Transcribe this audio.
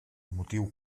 motiu